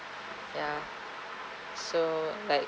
ya so like